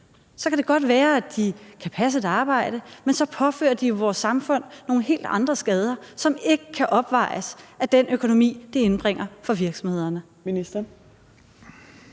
Det kan godt være, at de kan passe et arbejde, men så påfører de jo vores samfund nogle helt andre skader, som ikke kan opvejes af den økonomi, de indbringer for virksomhederne.